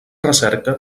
recerca